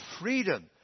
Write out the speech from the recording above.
freedom